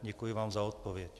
Děkuji vám za odpověď.